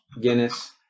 Guinness